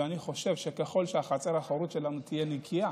ואני חושב שככל שהחצר האחורית שלנו תהיה נקייה,